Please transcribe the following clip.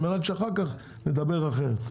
על מנת שאחר כך נדבר אחרת.